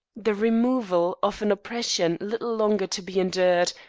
the removal of an oppression little longer to be endured,